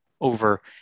over